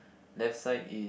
left side is